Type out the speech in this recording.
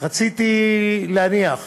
רציתי להניח